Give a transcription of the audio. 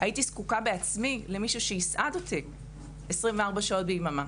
הייתי זקוקה בעצמי למישהו שיסעד אותי 24 שעות ביממה.